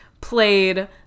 played